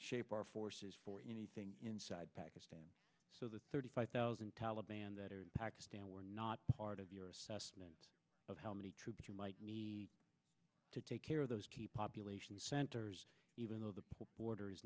shape our forces for anything inside pakistan so the thirty five thousand taliban that pakistan were not part of your assessment of how many troops you might need to take care of those population centers even though the